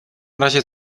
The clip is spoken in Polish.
razie